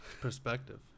Perspective